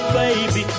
baby